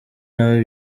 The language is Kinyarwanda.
nawe